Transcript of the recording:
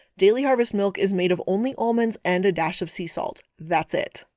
daily harvest milk is made of only almonds and a dash of sea salt, that's it.